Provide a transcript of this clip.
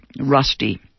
rusty